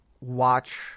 watch